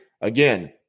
Again